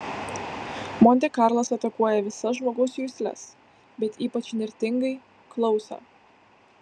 monte karlas atakuoja visas žmogaus jusles bet ypač įnirtingai klausą